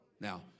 Now